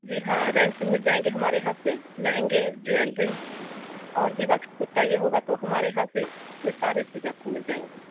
जी हाँ रेंट पर मिल जाएंगे हमारे यहां से लहंगे ज्वेलरी और भी बाकी कुछ चाहिए होगा तो हमारे यहां से यह सारी चीज़ें आपको मिल जाएंगे